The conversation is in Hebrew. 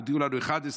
הודיעו לנו 11:00,